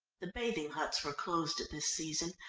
the bathing huts were closed at this season,